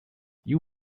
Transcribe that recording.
you